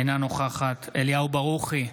אינה נוכחת אליהו ברוכי,